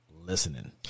listening